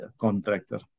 contractor